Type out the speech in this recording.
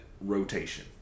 rotation